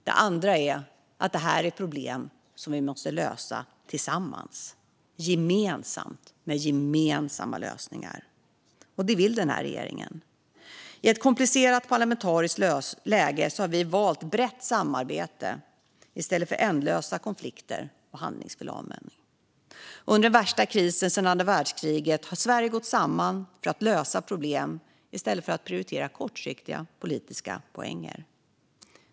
Det andra är att det är problem som vi måste lösa tillsammans, med gemensamma lösningar. Och det vill den här regeringen göra. I ett komplicerat parlamentariskt läge har vi valt brett samarbete i stället för ändlösa konflikter och handlingsförlamning. Under den värsta krisen sedan andra världskriget har Sverige gått samman för att lösa problem i stället för att prioritera kortsiktiga politiska poänger.